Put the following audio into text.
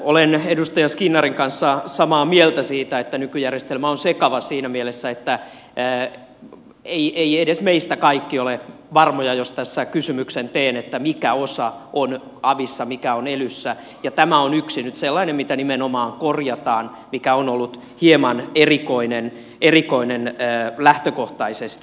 olen edustaja skinnarin kanssa samaa mieltä siitä että nykyjärjestelmä on sekava siinä mielessä että eivät edes meistä kaikki ole varmoja jos tässä kysymyksen teen että mikä osa on avissa mikä on elyssä ja tämä on nyt yksi sellainen asia mitä nimenomaan korjataan mikä on ollut hieman erikoinen lähtökohtaisesti